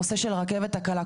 הנושא של הרכבת הקלה.